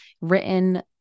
written